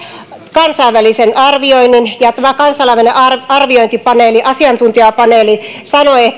kansainvälisen arvioinnin ja tämä kansainvälinen arviointipaneeli asiantuntijapaneeli sanoi